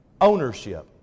ownership